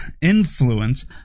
influence